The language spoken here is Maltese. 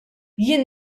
jien